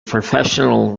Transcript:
professional